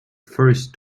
first